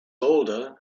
older